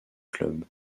club